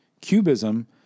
Cubism